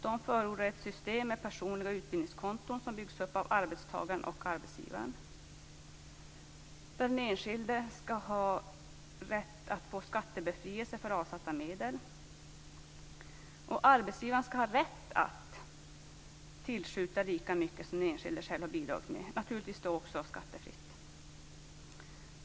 De förordar ett system med personliga utbildningskonton som byggs upp av arbetstagaren och arbetsgivaren. Den enskilde skall ha rätt att få skattebefrielse för avsatta medel. Och arbetsgivare skall ha rätt att tillskjuta lika mycket som den enskilde själv har bidragit med - naturligtvis då också skattefritt.